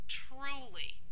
truly